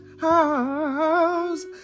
house